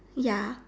ya